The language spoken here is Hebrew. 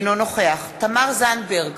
אינו נוכח תמר זנדברג,